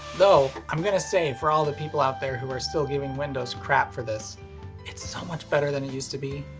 though, i'm gonna say for all the people out there who are still given windows crap for this it's so much better than it used to be.